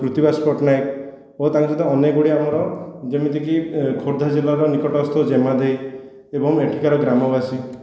କୃତିବାସ ପଟ୍ଟନାୟକ ଓ ତାଙ୍କ ସହିତ ଅନେକ ଗୁଡ଼ିଏ ଆମର ଯେମିତିକି ଖୋର୍ଦ୍ଧା ଜିଲ୍ଲାର ନିକଟସ୍ଥ ଜେମା ଦେଇ ଏବଂ ଏଠିକାର ଗ୍ରାମବାସୀ